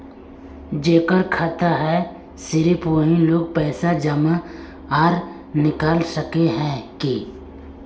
जेकर खाता है सिर्फ वही लोग पैसा जमा आर निकाल सके है की?